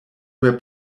were